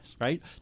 right